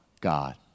God